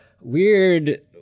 Weird